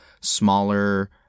smaller